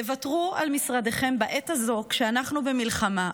תוותרו על משרדיכם בעת הזו כשאנחנו במלחמה,